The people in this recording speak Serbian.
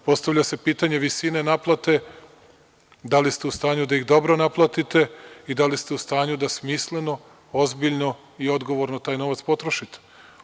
Postavlja se pitanje visine naplate, da li ste u stanju da ih dobro naplatite i da li ste u stanju da smisleno, ozbiljno i odgovorno taj novac potrošite?